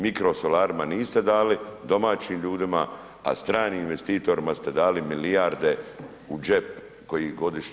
Mikrosolarima niste dali, domaćim ljudima, a stranim investitorima ste dali milijarde u džep koje godišnje